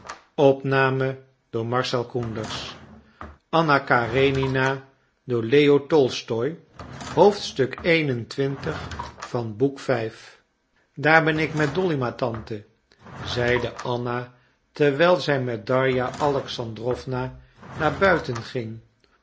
daar ben ik met dolly ma tante zeide anna terwijl zij met darja alexandrowna naar buiten ging